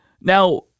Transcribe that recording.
Now